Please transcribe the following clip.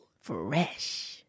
Fresh